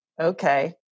Okay